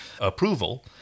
approval